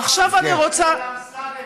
עכשיו אני רוצה, אז למה לא עשיתם את זה לאמסלם?